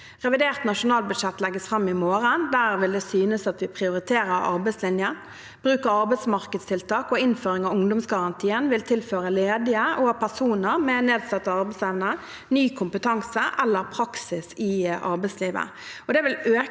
Revidert nasjonalbudsjett legges fram i morgen. Der vil det synes at vi prioriterer arbeidslinjen. Bruk av arbeidsmarkedstiltak og innføring av ungdomsgarantien vil tilføre ledige og personer med nedsatt arbeidsevne ny kompetanse eller praksis i arbeidslivet.